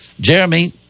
Jeremy